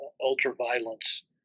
ultra-violence